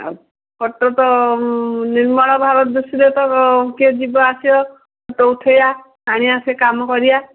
ଆଉ ଫଟୋ ତ ନିର୍ମଳ ଭାବରେ ଦେଖାଗଲେତ କିଏ ଯିବ ଆସିବ ଫଟୋ ଉଠେଇବା ଆାଣିବା ସେ କାମ କରିବା